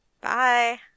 bye